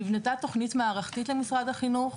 נבנתה תוכנית מערכתית למשרד חינוך,